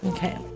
Okay